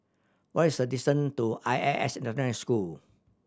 what is the distance to I S S International School